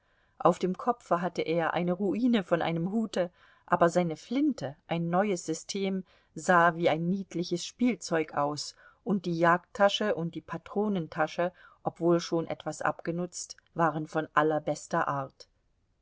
auf dem kopfe hatte er eine ruine von einem hute aber seine flinte ein neues system sah wie ein niedliches spielzeug aus und die jagdtasche und die patronentasche obwohl schon etwas abgenutzt waren von allerbester art